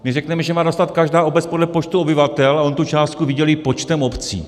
My řekneme, že má dostat každá obce podle počtu obyvatel, a on tu částku vydělí počtem obcí.